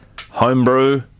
homebrew